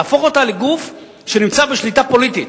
להפוך אותה לגוף שנמצא בשליטה פוליטית.